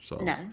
No